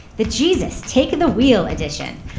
the jesus take the wheel addition.